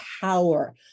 power